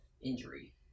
injury